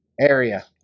area